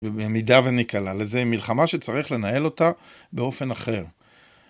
ובמידה וניקלע לזה מלחמה שצריך לנהל אותה באופן אחר.